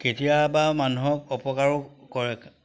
কেতিয়াবা মানুহক অপকাৰো কৰে